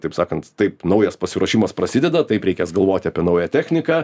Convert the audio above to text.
taip sakant taip naujas pasiruošimas prasideda taip reikės galvoti apie naują techniką